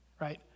right